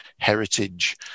heritage